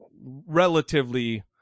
relatively